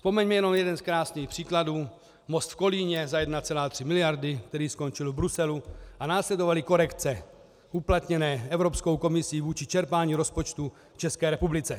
Vzpomeňme jenom jeden z krásných příkladů most v Kolíně za 1,3 mld., který skončil v Bruselu, a následovaly korekce uplatněné Evropské komisí vůči čerpání rozpočtu v České republice.